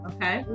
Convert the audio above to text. Okay